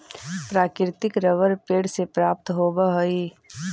प्राकृतिक रबर पेड़ से प्राप्त होवऽ हइ